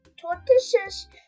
Tortoises